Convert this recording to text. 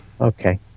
Okay